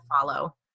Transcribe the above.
follow